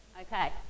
Okay